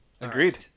Agreed